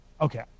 Okay